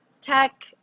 tech